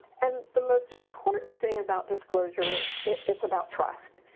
and the most important thing about disclosure is it's about trust.